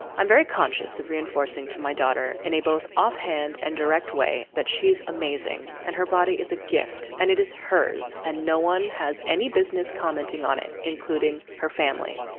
i'm very conscious of reinforcing to my daughter in a both offhand and direct way that she's amazing and her body is a gift and it is hers and no one has any business commenting on it including her family.